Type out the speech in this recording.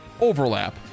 overlap